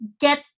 get